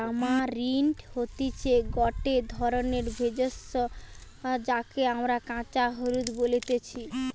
tamarind হতিছে গটে ধরণের ভেষজ যাকে আমরা কাঁচা হলুদ বলতেছি